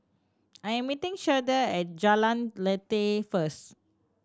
I am meeting Shardae at Jalan Lateh first